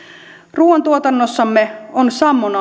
ruuantuotannossamme on sammon